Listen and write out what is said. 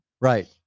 Right